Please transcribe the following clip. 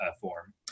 form